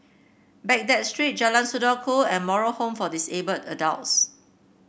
Baghdad Street Jalan Saudara Ku and Moral Home for Disabled Adults